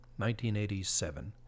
1987